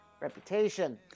reputation